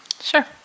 Sure